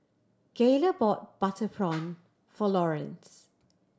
Gayla bought butter prawn for Lawrence